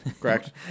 Correct